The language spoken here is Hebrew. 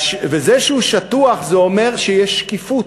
זה שהוא שטוח, זה אומר שיש שקיפות,